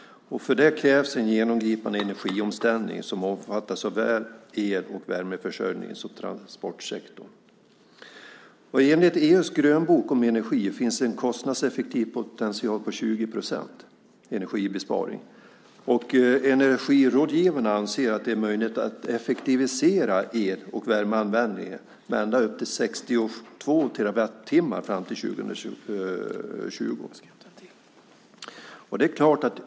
För det krävs en genomgripande energiomställning som omfattar såväl el och värmeförsörjning som tranportsektor. Enligt EU:s grönbok om energi finns det en kostnadseffektiv potential på 20 procents energibesparing, och energirådgivarna anser att det är möjligt att effektivisera el och värmeanvändningen med ända upp till 62 terawattimmar fram till 2020.